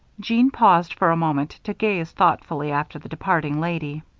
jeanne paused for a moment to gaze thoughtfully after the departing lady.